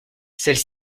celle